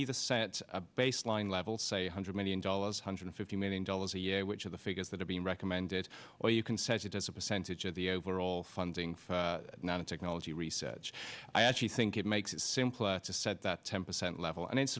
either set a baseline level say a hundred million dollars hundred fifty million dollars a year which are the figures that are being recommended or you can set it as a percentage of the overall funding for nanotechnology research i actually think it makes it simpler to set that ten percent level and it's